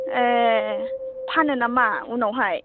ए फानो नामा उनावहाय